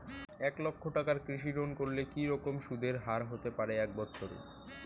এক লক্ষ টাকার কৃষি ঋণ করলে কি রকম সুদের হারহতে পারে এক বৎসরে?